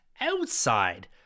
outside